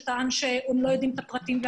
שטען שהם לא יודעים את הפרטים.